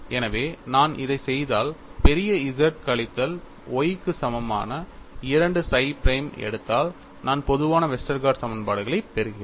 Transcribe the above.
எனவே நான் இதைச் செய்தால் பெரிய Z கழித்தல் Y க்கு சமமான 2 psi பிரைம் எடுத்தால் நான் பொதுவான வெஸ்டர்கார்ட் சமன்பாடுகளைப் பெறுகிறேன்